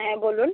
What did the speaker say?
হ্যাঁ বলুন